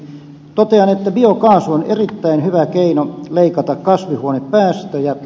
totean että biokaasu on erittäin hyvä keino leikata kasvihuonepäästöjä